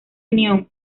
unión